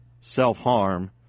self-harm